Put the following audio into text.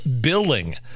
billing